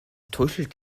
tuschelt